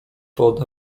woda